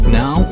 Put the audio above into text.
now